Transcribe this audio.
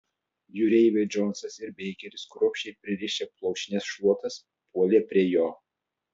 jūreiviai džonsas ir beikeris kruopščiai pririšę plaušines šluotas puolė prie jo